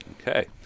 Okay